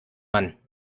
mann